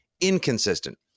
inconsistent